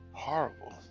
Horrible